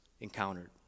encountered